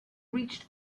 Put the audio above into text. reached